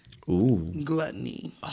gluttony